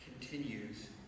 continues